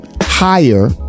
higher